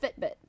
Fitbit